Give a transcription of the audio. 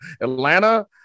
Atlanta